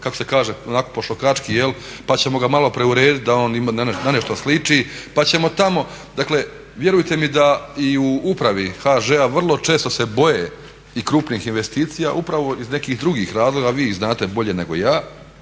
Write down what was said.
kako se kaže onako po šokački jel' pa ćemo ga malo preurediti da on na nešto sliči. Dakle, vjerujte mi da i u Upravi HŽ-a vrlo često se boje i krupnih investicija upravo iz nekih drugih razloga, vi ih znate bolje nego ja.